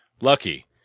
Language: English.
Lucky